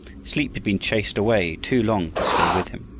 sleep had been chased away too long to stay with him.